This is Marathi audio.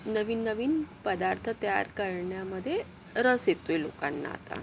नवीन नवीन पदार्थ तयार करण्यामध्ये रस येतो आहे लोकांना आता